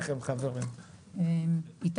לגביהם אישור לפי הפסקה האמורה ונותני